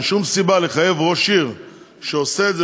אין שום סיבה לחייב ראש עיר שעושה את זה